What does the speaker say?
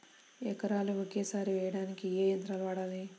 ఎకరాలు ఒకేసారి వేయడానికి ఏ యంత్రం వాడాలి?